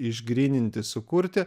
išgryninti sukurti